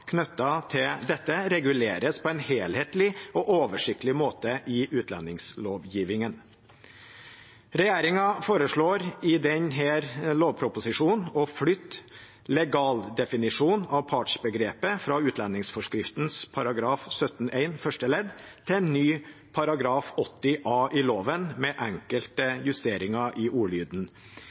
til dette reguleres på en helhetlig og oversiktlig måte i utlendingslovgivningen. Regjeringen foreslår i denne lovproposisjonen å flytte legaldefinisjonen av partsbegrepet fra utlendingsforskriften § 17-1 første ledd til en ny § 80 a i loven, med enkelte justeringer i ordlyden.